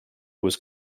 was